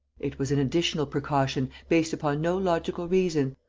it was an additional precaution, based upon no logical reason,